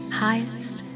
highest